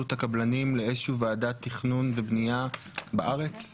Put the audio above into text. הקבלנים לאיזה שהיא ועדת תכנון ובנייה בארץ?